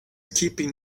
keeping